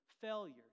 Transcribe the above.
failure